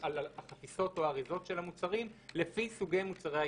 על החפיסות או האריזות של המוצרים לפי סוגי מוצרי העישון.